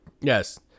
Yes